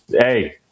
Hey